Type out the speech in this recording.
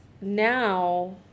now